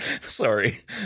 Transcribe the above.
Sorry